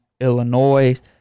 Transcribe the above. Illinois